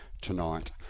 tonight